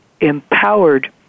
empowered